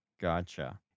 Gotcha